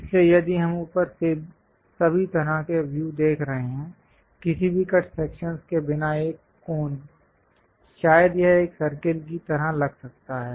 इसलिए यदि हम ऊपर से सभी तरह के व्यू देख रहे हैं किसी भी कट सेक्शंस के बिना एक कोन शायद यह एक सर्कल की तरह लग सकता है